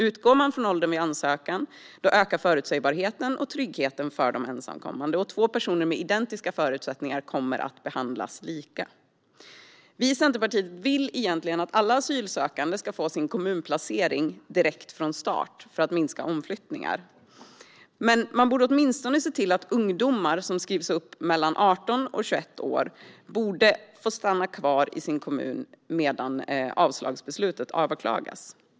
Utgår man från åldern vid ansökan ökar förutsägbarheten och tryggheten för de ensamkommande, och två personer med identiska förutsättningar kommer att behandlas lika. Vi i Centerpartiet vill egentligen att alla asylsökande ska få sin kommunplacering direkt från start för att minska omflyttningar. Man borde åtminstone se till att ungdomar som skrivs upp till 18-21 år borde få stanna kvar i sin kommun medan avslagsbeslutet överklagas.